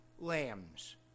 lambs